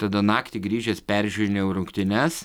tada naktį grįžęs peržiūrėjau rungtynes